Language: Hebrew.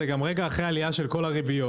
זה גם רגע אחרי העלייה של כל הריביות,